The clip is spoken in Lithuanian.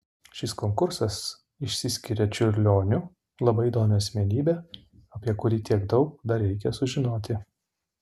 šis konkursas išsiskiria čiurlioniu labai įdomia asmenybe apie kurį tiek daug dar reikia sužinoti